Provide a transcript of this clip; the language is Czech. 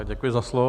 Děkuji za slovo.